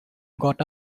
got